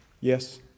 Yes